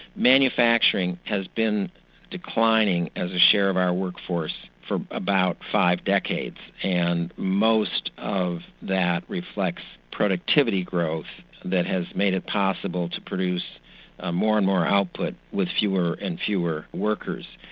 manufacturing has been declining as a share of our workforce for about five decades, and most of that reflects productivity growth that has made it possible to produce ah more and more output with fewer and fewer workers.